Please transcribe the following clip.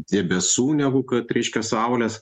debesų negu kad reiškia saulės